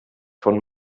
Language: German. von